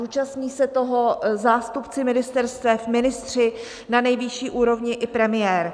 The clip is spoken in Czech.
Účastní se toho zástupci ministerstev, ministři na nejvyšší úrovni i premiér.